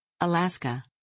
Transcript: Alaska